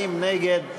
40 נגד,